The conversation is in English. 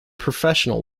professional